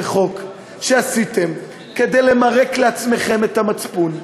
זה חוק שעשיתם כדי למרק לעצמכם את המצפון,